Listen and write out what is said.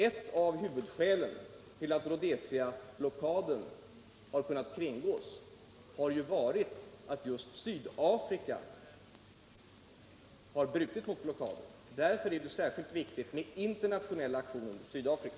Ett av huvudskälen till att Rhodesiablockaden kunnat kringgås är att just Sydafrika har brutit mot blockaden. Därför är det särskilt viktigt med internationella aktioner mot Sydafrika.